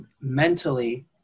mentally